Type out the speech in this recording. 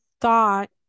thought